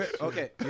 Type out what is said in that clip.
okay